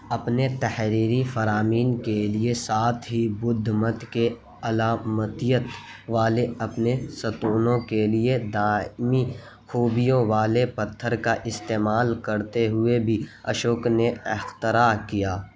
اپنے تحریری فرامین کے لیے ساتھ ہی بدھ مت کے علامت والے اپنے ستونوں کے لیے دائمی خوبیوں والے پتھر کا استعمال کرتے ہوئے بھی اشوک نے اختراع کیا